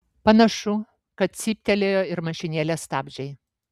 panašu kad cyptelėjo ir mašinėlės stabdžiai